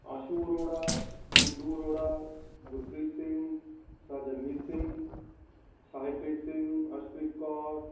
ਆਸ਼ੂ ਅਰੌੜਾ ਗੁੱਡੂ ਅਰੌੜਾ ਗੁਰਪ੍ਰੀਤ ਸਿੰਘ ਸ ਜਗਮੀਤ ਸਿੰਘ ਸਾਹਿਬਪ੍ਰੀਤ ਸਿੰਘ ਅਰਸ਼ਪ੍ਰੀਤ ਕੌਰ